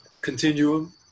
continuum